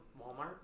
Walmart